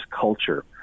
culture